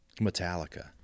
Metallica